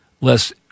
less